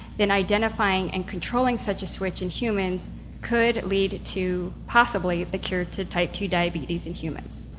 then identifying and controlling such a switch in humans could lead to possibly the cure to type two diabetes in humans.